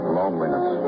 loneliness